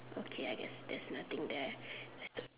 okay I guess there's nothing there